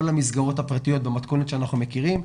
המסגרות הפרטיות במתכונת שאנחנו מכירים,